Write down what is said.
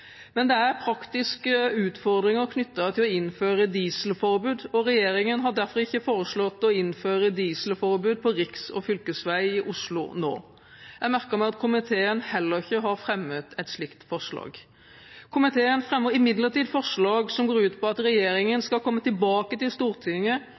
Men det er praktiske utfordringer knyttet til å innføre dieselforbud, og regjeringen har derfor ikke foreslått å innføre dieselforbud på riks- og fylkesvei i Oslo nå. Jeg merker meg at komiteen heller ikke har fremmet et slikt forslag. Komiteen fremmer imidlertid forslag til vedtak som går ut på at regjeringen skal komme tilbake til Stortinget